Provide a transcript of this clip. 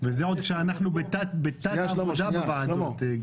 כשאנחנו בתת עבודה בוועדות.